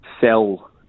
sell